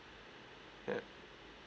yup